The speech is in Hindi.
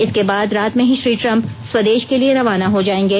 इसके बाद रात में ही श्री ट्रम्प स्वदेश के लिए रवाना हो जायेंगे